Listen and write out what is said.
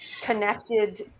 connected